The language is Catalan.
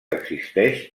existeix